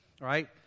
right